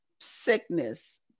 sickness